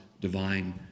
divine